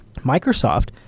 microsoft